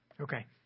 Okay